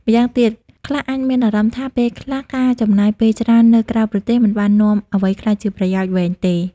ម្យ៉ាងទៀត ខ្លះអាចមានអារម្មណ៍ថាពេលខ្លះការចំណាយពេលច្រើននៅក្រៅប្រទេស មិនបាននាំអ្វីក្លាយជាប្រយោជន៍វែងទេ។